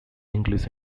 english